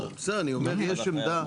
לא, אני אומר, יש עמדה.